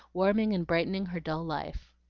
warming and brightening her dull life.